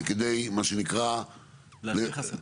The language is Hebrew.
זה כדי, מה שנקרא --- להסיר חסמים.